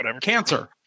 cancer